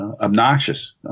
obnoxious